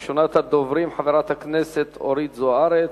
ראשונת הדוברים, חברת הכנסת אורית זוארץ,